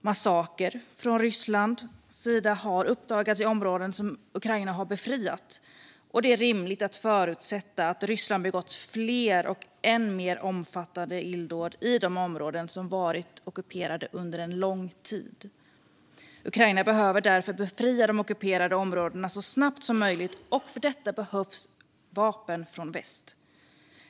Massakrer utförda av Ryssland har uppdagats i områden som Ukraina har befriat, och det är rimligt att förutsätta att Ryssland begått fler och än mer omfattande illdåd i de områden som varit ockuperade under en lång tid. Ukraina behöver därför befria de ockuperade områdena så snabbt som möjligt, och för detta behövs vapen från väst.